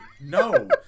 No